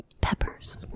peppers